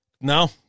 No